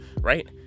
Right